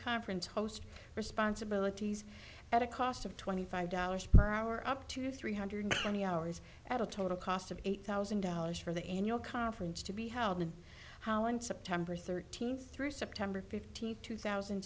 conference host responsibilities at a cost of twenty five dollars per hour up to three hundred twenty hours at a total cost of eight thousand dollars for the annual conference to be held in holland september thirteenth through september fifteenth two thousand